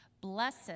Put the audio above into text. Blessed